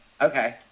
okay